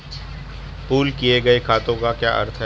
Pool किए गए खातों का क्या अर्थ है?